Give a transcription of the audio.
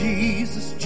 Jesus